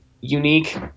unique